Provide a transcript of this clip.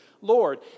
Lord